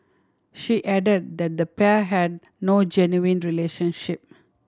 she added that the pair had no genuine relationship